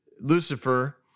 Lucifer